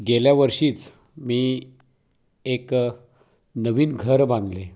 गेल्या वर्षीच मी एक नवीन घर बांधले